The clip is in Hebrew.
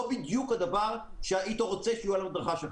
בדיוק הדבר שהיית רוצה שיהיה על המדרכה שלך.